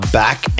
back